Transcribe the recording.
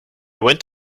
went